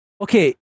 Okay